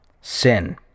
sin